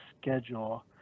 schedule